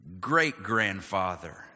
great-grandfather